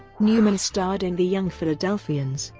newman starred in the young philadelphians,